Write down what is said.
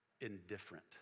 indifferent